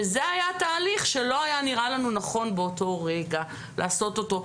וזה היה תהליך שלא היה נראה לנו נכון באותו רגע לעשות אותו,